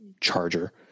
charger